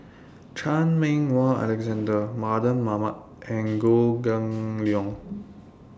Chan Meng Wah Alexander Mardan Mamat and Goh Kheng Long